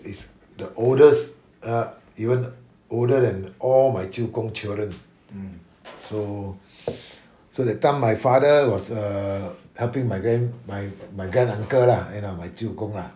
is the oldest or even older than all my 舅公 children so so that time my father was err helping my grand~ my my granduncle lah you know my 舅公